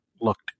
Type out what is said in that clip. looked